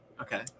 Okay